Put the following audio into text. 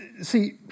See